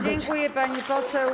Dziękuję, pani poseł.